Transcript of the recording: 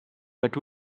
but